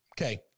Okay